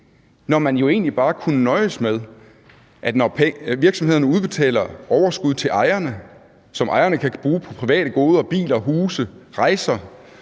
når man jo egentlig bare kunne nøjes med, at når virksomhederne udbetaler overskud til ejerne, som ejerne kan bruge på private goder – biler, huse, rejser,